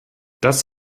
das